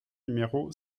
numéro